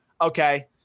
Okay